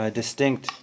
distinct